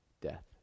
death